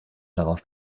darauf